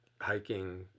hiking